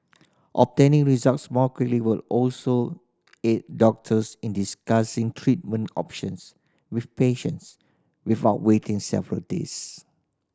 obtaining results more quickly will also aid doctors in discussing treatment options with patients without waiting several days